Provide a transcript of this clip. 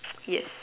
yes